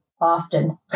often